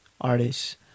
artists